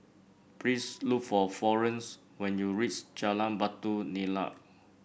please look for Florence when you reach Jalan Batu Nilam